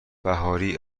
بهاری